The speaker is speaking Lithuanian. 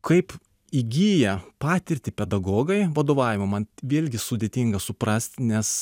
kaip įgyja patirtį pedagogai vadovavimo man vėlgi sudėtinga suprasti nes